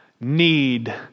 need